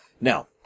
Now